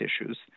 issues